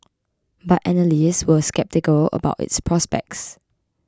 but analysts were sceptical about its prospects